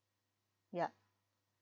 ya